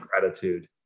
Gratitude